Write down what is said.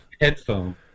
headphone